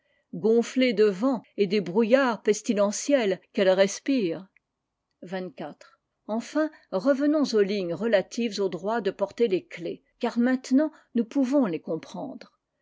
gonnées de vent et des brouillards pestilentiels qu'elles respirent vingt-quatre enfin revenons aux lignes relatives au droit de porter les clefs car maintenant nous pouvons les comprendre